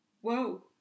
Whoa